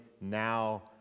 now